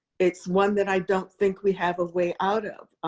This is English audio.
it's one that i don't think we have a way out of.